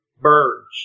birds